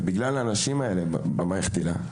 ובגלל האנשים האלה במערכת היל"ה,